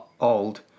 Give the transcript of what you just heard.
old